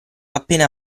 appena